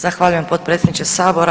Zahvaljujem potpredsjedniče Sabora.